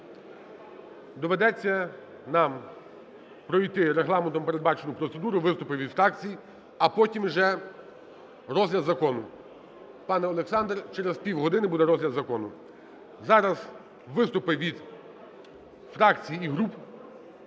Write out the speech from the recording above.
Доведеться нам пройти Регламентом передбачену процедуру: виступи від фракцій, а потім вже розгляд закону. Пане Олександр, через півгодини буде розгляд закону. Зараз виступи від фракцій і груп.